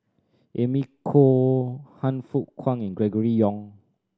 Amy Khor Han Fook Kwang and Gregory Yong